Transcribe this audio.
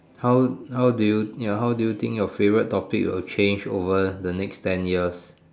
how how do you ya how do you think your favourite topic will change over the next ten years